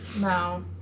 No